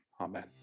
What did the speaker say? amen